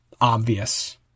obvious